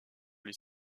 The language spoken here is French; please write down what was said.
les